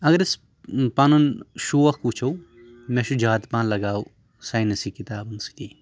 اگر أسۍ پَنُن شوق وٕچھو مےٚ چھُ زیادٕ پَہَن لگاو ساینٔسی کِتابَن سۭتی